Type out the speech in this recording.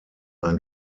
ein